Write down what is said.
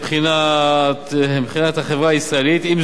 עם זאת היא מציבה אתגרים בכל הקשור